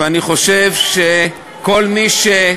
אתה לא, ואני חושב שכל מי,